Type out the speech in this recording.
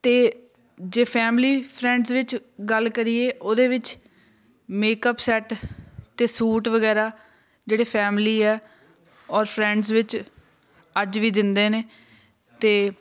ਅਤੇ ਜੇ family friends ਵਿੱਚ ਗੱਲ ਕਰੀਏ ਉਹਦੇ ਵਿੱਚ ਮੇਕਅਪ ਸੈੱਟ ਅਤੇ ਸੂਟ ਵਗੈਰਾ ਜਿਹੜੇ ਫੈਮਿਲੀ ਆ ਔਰ ਫਰੈਂਡਸ ਵਿੱਚ ਅੱਜ ਵੀ ਦਿੰਦੇ ਨੇ ਅਤੇ